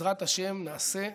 ובעזרת השם, נעשה ונצליח.